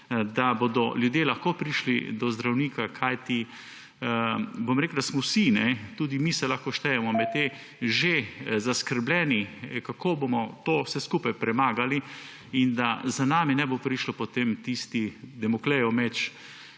da bodo ljudje lahko prišli do zdravnika? Kajti rekel bom, da smo vsi, tudi mi se lahko štejemo med te, že zaskrbljeni, kako bomo to vse skupaj premagali tako, da za nami ne bo prišel potem tisti Damoklejev meč